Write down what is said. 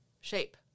shape